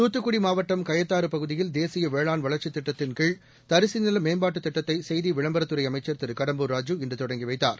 தூத்துக்குடி மாவட்டம் கயத்தாறு பகுதியில் தேசிய வேளாண் வளா்ச்சித் திட்டத்தின் கீழ் தரிசு நில மேம்பாட்டுத் திட்டத்தை செய்தி விளம்பரத்துறை அமைச்ச் திரு கடம்பூர் ராஜு இன்று தொடங்கி வைத்தார்